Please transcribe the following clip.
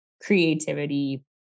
creativity